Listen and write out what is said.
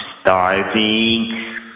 starving